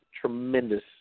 tremendous